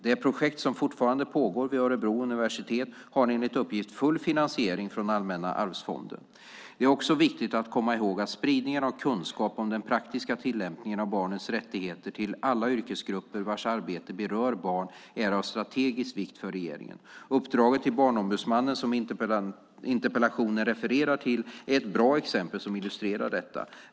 Det projekt som fortfarande pågår vid Örebro universitet har enligt uppgift full finansiering från Allmänna arvsfonden. Det är också viktigt att komma ihåg att spridningen av kunskap om den praktiska tillämpningen av barnets rättigheter till alla yrkesgrupper vars arbete berör barn är av strategisk vikt för regeringen. Uppdraget till Barnombudsmannen, som interpellationen refererar till, är ett bra exempel som illustrerar detta.